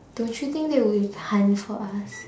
don't you think they would hunt for us